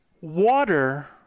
water